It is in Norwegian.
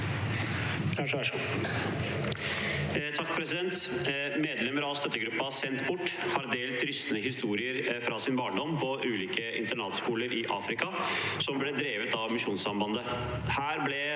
(V) «Medlemmer av støtte- gruppa «Sendt bort» har delt rystende historier fra sin barndom på ulike internatskoler i Afrika, som ble drevet av Misjonssambandet.